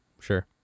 sure